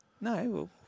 No